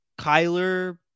Kyler